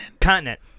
Continent